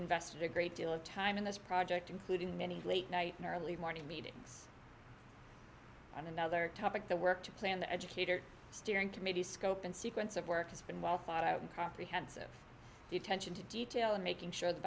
invested a great deal of time in this project including many late night and early morning meetings on another topic the work to plan the educator steering committee scope and sequence of work has been well thought out and comprehensive the attention to detail in making sure